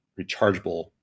rechargeable